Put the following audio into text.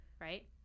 right